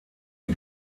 die